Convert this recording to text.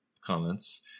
comments